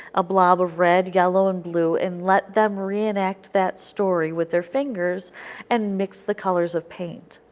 a blob of red, yellow and blue and let them reenact that story with their fingers and mix the colors of paint.